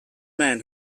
man